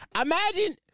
Imagine